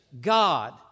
God